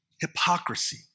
hypocrisy